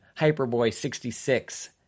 Hyperboy66